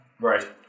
Right